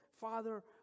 father